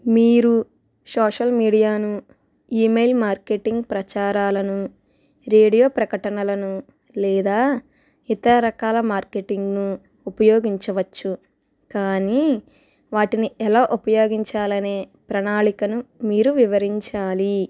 మీరు సోషల్ మీడియాను email marketing ప్రచారాలను రేడియో ప్రకటనలను లేదా ఇతర రకాల మార్కెటింగ్ను ఉపయోగించవచ్చు కానీ వాటిని ఎలా ఉపయోగించాలనే ప్రణాళికను మీరు వివరించాలి